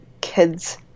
kids